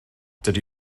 dydy